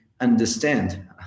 understand